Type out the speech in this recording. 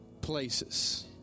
places